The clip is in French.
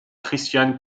christian